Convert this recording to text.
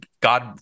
God